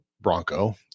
Bronco